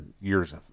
years